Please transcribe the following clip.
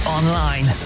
online